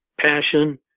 passion